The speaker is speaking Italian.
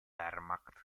wehrmacht